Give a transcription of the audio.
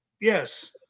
yes